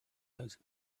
those